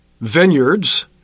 vineyards